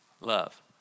love